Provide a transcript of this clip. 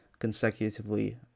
consecutively